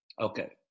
Okay